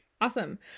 Awesome